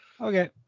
Okay